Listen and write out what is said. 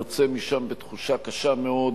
יוצא משם בתחושה קשה מאוד,